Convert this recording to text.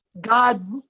god